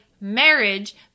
marriage